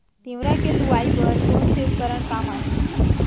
तिंवरा के लुआई बर कोन से उपकरण काम आही?